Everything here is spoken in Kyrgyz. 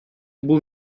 бул